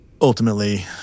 Ultimately